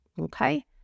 okay